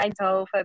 Eindhoven